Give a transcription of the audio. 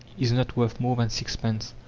is not worth more than sixpence.